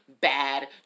bad